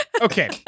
Okay